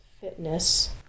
Fitness